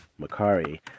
Macari